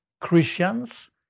Christians